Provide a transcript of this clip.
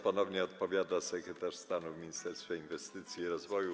Ponownie odpowiada sekretarz stanu w Ministerstwie Inwestycji i Rozwoju